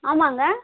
ஆமாங்க